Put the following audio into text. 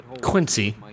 Quincy